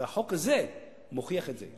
והחוק הזה מוכיח את זה.